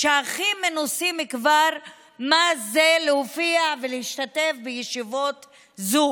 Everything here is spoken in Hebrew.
שאנחנו כבר הכי מנוסים בלהופיע ולהשתתף בישיבות זום,